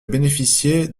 bénéficier